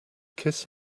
kiss